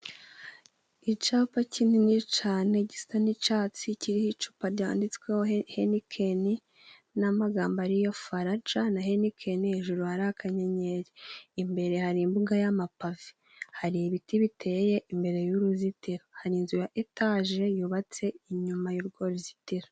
Icyapa kinini cyane gisa n'icyatsi kiriho icupa ryanditsweho henikeni n'amagambo ariyo faraja na henikeni, hejuru hari akanyenyeri. Imbere hari imbuga y'amapave, hari ibiti biteye imbere y'uruzitiro, hari inzu ya etaje yubatse inyuma y'urwo ruzitiro.